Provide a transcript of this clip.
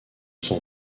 son